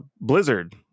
Blizzard